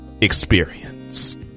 experience